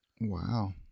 Wow